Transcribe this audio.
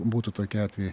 būtų tokie atvejai